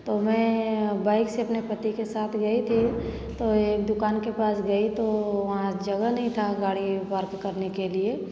तो मैं बाइक से अपने पति के साथ गई थी तो एक दुकान के पास गई तो वहाँ जगह नहीं था गाड़ी पार्क करने के लिए